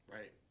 right